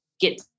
get